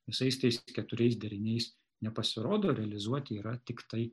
visais tais keturiais deriniais nepasirodo realizuoti yra tiktai